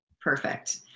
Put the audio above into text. Perfect